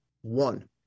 one